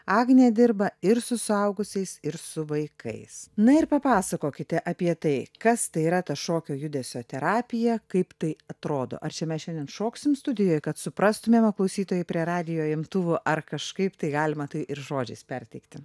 agnė dirba ir su suaugusiais ir su vaikais na ir papasakokite apie tai kas tai yra ta šokio judesio terapija kaip tai atrodo ar čia mes šiandien šoksim studijoj kad suprastumėm o klausytojai prie radijo imtuvų ar kažkaip tai galima tai ir žodžiais perteikti